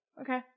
Okay